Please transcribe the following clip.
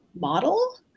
model